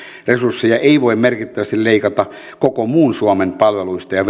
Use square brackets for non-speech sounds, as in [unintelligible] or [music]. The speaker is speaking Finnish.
resursseja ei voi merkittävästi leikata koko muun suomen palveluista ja [unintelligible]